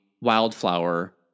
wildflower